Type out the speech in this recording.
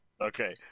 Okay